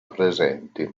presenti